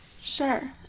Sure